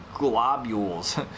globules